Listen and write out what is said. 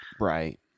Right